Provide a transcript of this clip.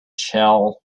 shell